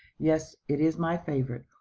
yes, it is my favorite.